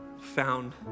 found